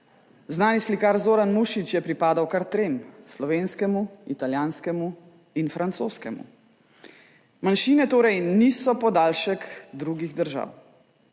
Znani slikar Zoran Mušič je pripadal kar trem, slovenskemu, italijanskemu in francoskemu. Manjšine torej niso podaljšek drugih držav.